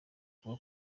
avuga